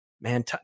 man